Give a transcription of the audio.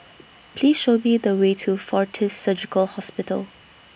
Please Show Me The Way to Fortis Surgical Hospital